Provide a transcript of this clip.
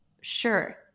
sure